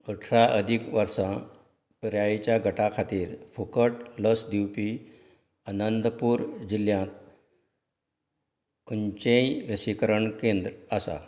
अठरा अदीक वर्सां पिरायेच्या गटा खातीर फुकट लस दिवपी अनंतपुर जिल्ल्यांत खंयचेंय लसीकरण केंद्र आसा